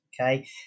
Okay